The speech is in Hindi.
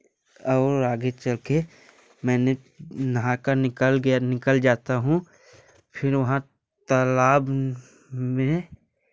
और आगे चल कर मैंने नहाकर निकल गया निकल जाता हूँ फिर वहाँ तालाब में